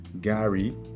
Gary